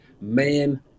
man